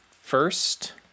first